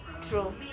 true